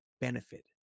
benefit